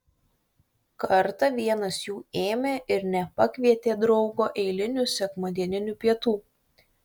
kartą vienas jų ėmė ir nepakvietė draugo eilinių sekmadieninių pietų